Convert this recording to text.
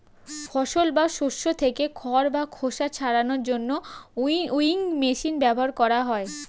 ফসল বা শস্য থেকে খড় বা খোসা ছাড়ানোর জন্য উইনউইং মেশিন ব্যবহার করা হয়